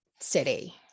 city